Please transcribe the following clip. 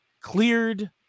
cleared